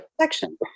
section